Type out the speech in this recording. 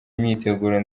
imyiteguro